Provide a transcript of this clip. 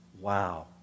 Wow